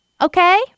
okay